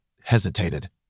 hesitated